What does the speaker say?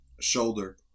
shoulder